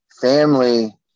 family